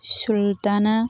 ꯁꯨꯜꯇꯥꯅ